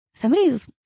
Somebody's